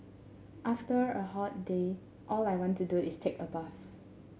after a hot day all I want to do is take a bath